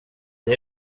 det